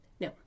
No